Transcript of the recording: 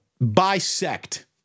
bisect